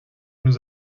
nous